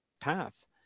path